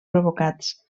provocats